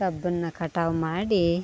ಕಬ್ಬನ್ನು ಕಟಾವು ಮಾಡಿ